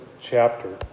chapter